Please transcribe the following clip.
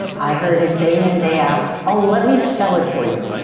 i heard it day in, and day out. ah let me spell it for you.